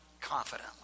confidently